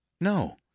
No